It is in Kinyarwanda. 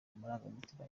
amarangamutima